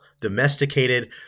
domesticated